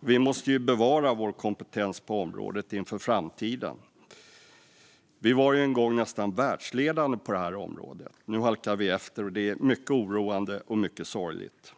Vi måste bevara vår kompetens på området inför framtiden. Vi var en gång nästan världsledande på detta område. Nu halkar vi efter, och det är mycket oroande och mycket sorgligt.